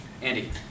Andy